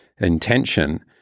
Intention